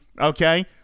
okay